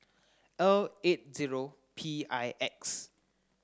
L eight zero P I X